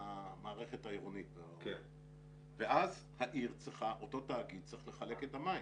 המערכת העירונית ואז אותו תאגיד צריך לחלק את המים.